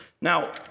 Now